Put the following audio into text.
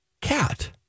cat